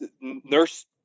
nurse